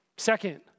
Second